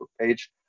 page